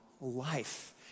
life